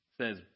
says